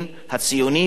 וזה תקדים,